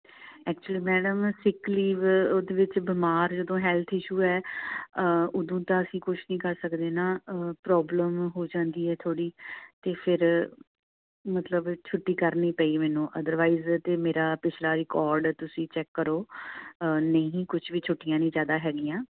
actually madam sick leave ਉਹਦੇ ਵਿੱਚ ਬਿਮਾਰ ਜਦੋਂ ਹੈਲਥ ਇਸ਼ੂ ਹੈ ਉਦੋਂ ਤਾਂ ਅਸੀਂ ਕੁਛ ਨਹੀਂ ਕਰ ਸਕਦੇ ਨਾ ਪ੍ਰੋਬਲਮ ਹੋ ਜਾਂਦੀ ਹੈ ਥੋੜ੍ਹੀ ਅਤੇ ਫਿਰ ਮਤਲਬ ਛੁੱਟੀ ਕਰਨੀ ਪਈ ਮੈਨੂੰ ਅਦਰਵਾਈਜ਼ ਤਾਂ ਮੇਰਾ ਪਿਛਲਾ ਰਿਕਾਰਡ ਤੁਸੀਂ ਚੈੱਕ ਕਰੋ ਨਹੀਂ ਕੁਛ ਵੀ ਛੁੱਟੀਆਂ ਨਹੀਂ ਜ਼ਿਆਦਾ ਹੈਗੀਆਂ